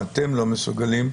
או אתם לא מסוגלים,